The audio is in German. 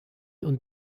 und